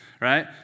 Right